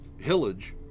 hillage